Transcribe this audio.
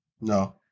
No